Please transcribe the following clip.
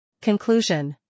Conclusion